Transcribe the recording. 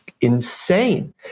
insane